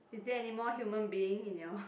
is there any more human being in your